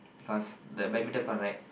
cause the badminton court right